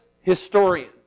historian